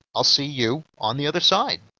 i'll see you on the other side.